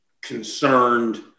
concerned